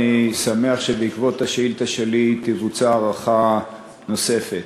אני שמח שבעקבות השאילתה שלי תבוצע הערכה נוספת.